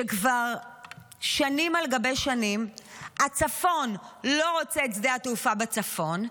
כבר שנים על גבי שנים הצפון לא רוצה את שדה התעופה בצפון,